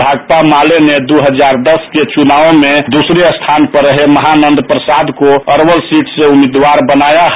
भाकपा माले ने दो हजार दस के चुनाव में दूसरे स्थान पर रहे महानंद सिंह को अरवल सीट से उम्मीदवार बनाया है